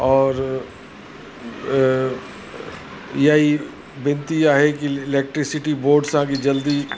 और इहा ई वेनती आहे की इलेक्ट्रिसिटी बोर्ड सां की जल्दी